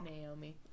Naomi